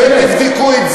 חבר הכנסת אגבאריה,